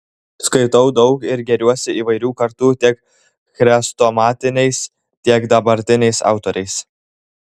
skaitau daug ir gėriuosi įvairių kartų tiek chrestomatiniais tiek dabartiniais autoriais